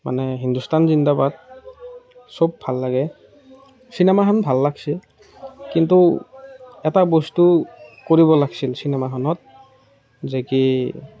মানে হিন্দুস্তান জিন্দাবাদ সব ভাল লাগে চিনেমাখন ভাল লাগিছে কিন্তু এটা বস্তু কৰিব লাগিছিল চিনেমাখনত যে কি